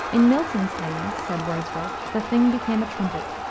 in milton's hands, said wordsworth, the thing became a trumpet.